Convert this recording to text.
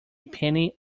penny